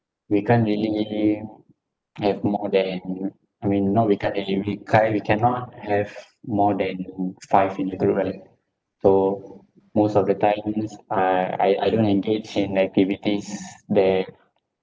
we can't really have more than I mean not we can't really we can't we cannot have more than five in a group right so most of the times uh I I don't engage in activities that